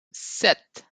sept